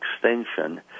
extinction